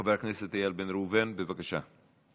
חבר הכנסת איל בן ראובן, בבקשה.